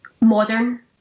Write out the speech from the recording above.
modern